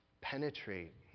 penetrate